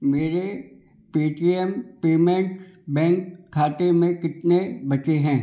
मेरे Paytm payment bank खाते में कितने बचे हैं